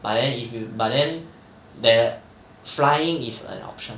but then if you but then there flying is an option